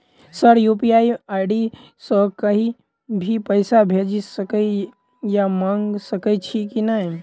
Sir UPI ID सँ कहि भी पैसा भेजि सकै या मंगा सकै छी की न ई?